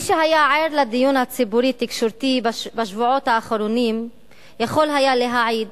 מי שהיה עד לדיון הציבורי-תקשורתי בשבועות האחרונים יכול היה להעיד,